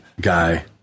guy